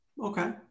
Okay